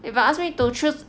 if you ask me to choose